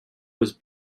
was